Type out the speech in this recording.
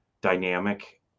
dynamic